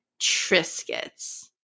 Triscuits